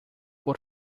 por